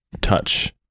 touch